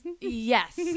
Yes